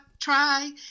try